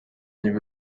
byacu